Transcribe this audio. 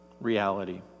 reality